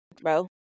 bro